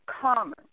common